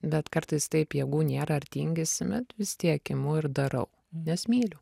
bet kartais taip jėgų nėra ar tingisi bet vis tiek imu ir darau nes myliu